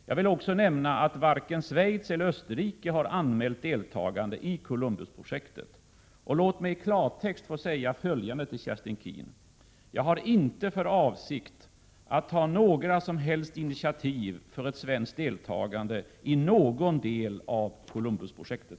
Jag vill vidare nämna att varken Schweiz eller Österrike har anmält deltagande i Columbusprojektet. Låt mig i klartext få säga följande: Jag har inte för avsikt att ta några som helst initiativ till ett svenskt deltagande i någon del av Columbusprojektet.